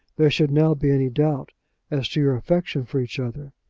there should now be any doubt as to your affection for each other.